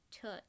took